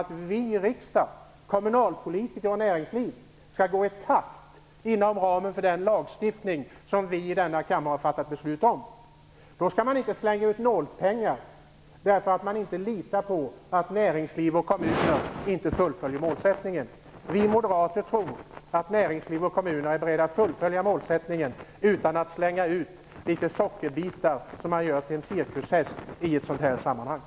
Vi i riksdagen, kommunalpolitiker och näringsliv skall gå i takt inom ramen för den lagstiftning som vi i denna kammare har fattat beslut om. Då skall man inte slänga ut nålpengar därför att man inte litar på att näringsliv och kommuner fullföljer målsättningen. Vi moderater tror att näringsliv och kommuner är beredda att fullfölja målsättningen utan att vi i detta sammanhang slänger ut sockerbitar som man gör till en cirkushäst för att den skall dansa runt.